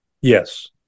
Yes